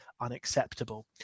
unacceptable